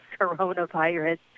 coronavirus